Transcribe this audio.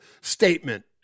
statement